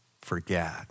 forget